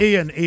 Ian